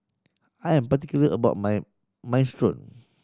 I am particular about my Minestrone